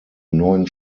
neuen